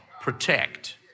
protect